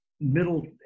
Middle